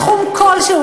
סכום כלשהו,